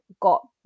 got